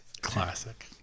Classic